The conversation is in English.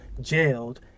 jailed